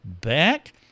back